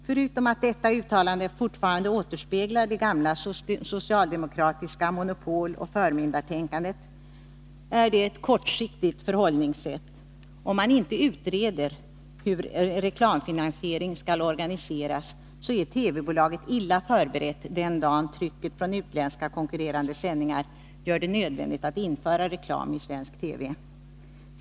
Förutom att detta uttalande fortfarande återspeglar det gamla socialdemokratiska monopoloch förmyndartänkandet är det ett kortsiktigt förhållningssätt. Om man inte utreder hur en reklamfinansiering skall organiseras, är TV-bolaget illa förberett den dag trycket från utländska konkurrerande sändningar gör det nödvändigt att införa reklam i svensk TV.